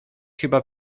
chyba